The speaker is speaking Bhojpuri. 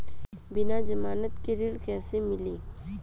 बिना जमानत के ऋण कईसे मिली?